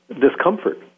discomfort